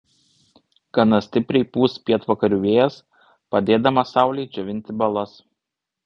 gana stipriai pūs pietvakarių vėjas padėdamas saulei džiovinti balas